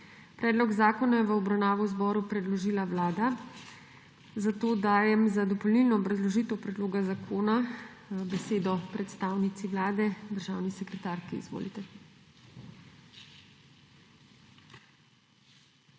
Predlog zakona je v obravnavo zboru predložila Vlada. Zato za dopolnilno obrazložitev predloga zakona dajem besedo predstavnici Vlade, državni sekretarki. Izvolite.